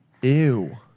Ew